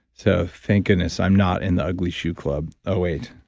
so thank goodness i'm not in the ugly shoe club. oh wait,